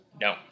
No